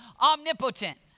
omnipotent